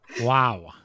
Wow